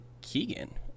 Keegan